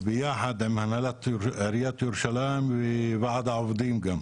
יחד עם הנהלת עיריית ירושלים וועד העובדים.